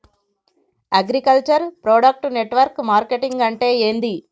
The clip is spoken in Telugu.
అగ్రికల్చర్ ప్రొడక్ట్ నెట్వర్క్ మార్కెటింగ్ అంటే ఏంది?